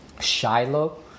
Shiloh